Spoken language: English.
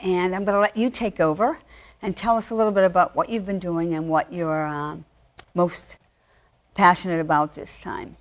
and i'm going to let you take over and tell us a little bit about what you've been doing and what you're most passionate about this time